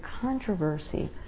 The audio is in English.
controversy